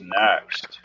next